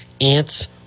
ants